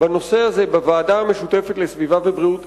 בנושא הזה בוועדה המשותפת לסביבה ובריאות,